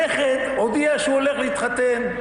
הנכד הודיע שהוא הולך להתחתן,